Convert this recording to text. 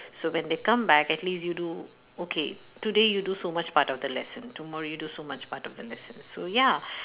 so when they come back at least you do okay today you do so much part of the lesson tomorrow you do so much part of the lesson so ya